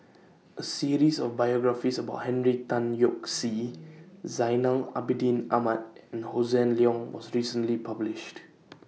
A series of biographies about Henry Tan Yoke See Zainal Abidin Ahmad and Hossan Leong was recently published